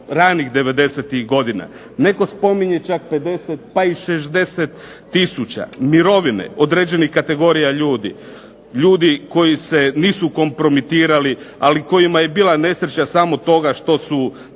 ranih '90.-tih godina. Netko spominje čak 50 pa i 60 tisuća. Mirovine određenih kategorija ljudi, ljudi koji se nisu kompromitirali, ali kojima je bila nesreća samo toga što su